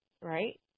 right